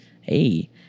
hey